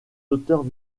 auteurs